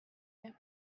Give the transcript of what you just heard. fille